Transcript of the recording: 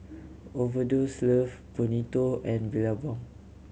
Overdose Love Bonito and Billabong